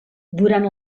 durant